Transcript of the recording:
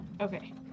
Okay